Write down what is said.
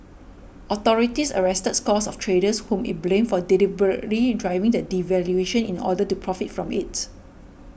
authorities arrested scores of traders whom it blamed for deliberately driving the devaluation in order to profit from it